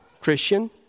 Christian